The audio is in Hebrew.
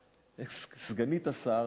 זיקנה זו לא שמחה.